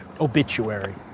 obituary